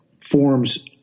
forms